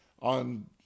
on